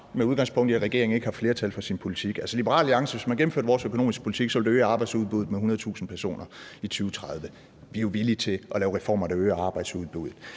med udgangspunkt i at regeringen ikke har flertal for sin politik. Altså, hvis man gennemførte Liberal Alliances økonomiske politik, ville det øge arbejdsudbuddet med 100.000 personer i 2030. Vi er jo villige til at lave reformer, der øger arbejdsudbuddet.